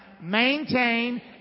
Maintain